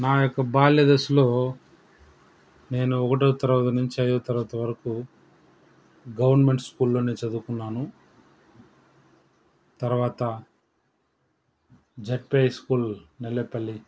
నా యొక్క బాల్య దశలో నేను ఒకటో తరగతి నుంచి ఐదో తరగతి వరకు గవర్నమెంట్ స్కూల్ లోనే చదువుకున్నాను తర్వాత జెడ్పి హై స్కూల్ నెల్లపల్లి